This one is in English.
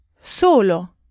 Solo